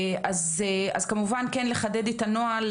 אז כמובן כן לחדד את הנוהל,